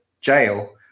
jail